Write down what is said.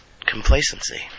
complacency